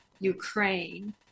Ukraine